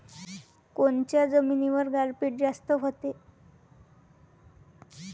कोनच्या जमिनीवर गारपीट जास्त व्हते?